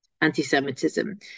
anti-Semitism